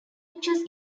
inches